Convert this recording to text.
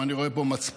אם אני רואה פה מצפן,